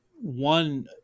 One